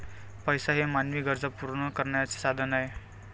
पैसा हे मानवी गरजा पूर्ण करण्याचे साधन आहे